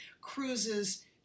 cruises